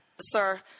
sir